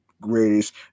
greatest